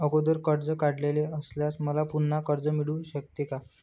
अगोदर कर्ज काढलेले असल्यास मला पुन्हा कर्ज मिळू शकते का?